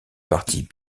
partie